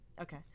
Okay